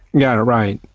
yeah right.